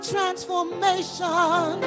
transformation